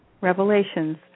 revelations